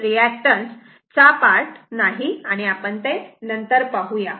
reactance चा part आपण नंतर पाहू या